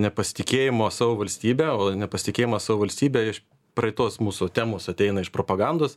nepasitikėjimo savo valstybe o nepasitikėjimą savo valstybe iš praitos mūsų temos ateina iš propagandos